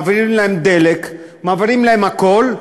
מעבירים להם דלק, מעבירים להם הכול,